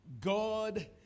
God